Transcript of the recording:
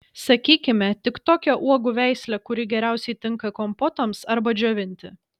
sakykime tik tokią uogų veislę kuri geriausiai tinka kompotams arba džiovinti